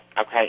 Okay